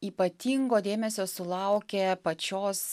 ypatingo dėmesio sulaukė pačios